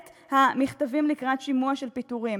את המכתבים לקראת שימוע שלפני פיטורים.